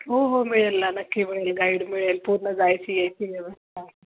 हो हो मिळेल ना नक्की मिळेल गाईड मिळेल पूर्ण जायची यायची व्यवस्था